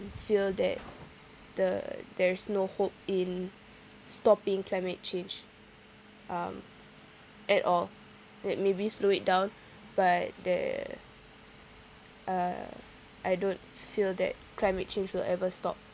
feel that the there's no hope in stopping climate change um at all like maybe slow it down but the uh I don't feel that climate change will ever stop